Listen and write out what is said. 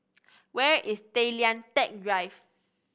where is Tay Lian Teck Drive